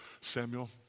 Samuel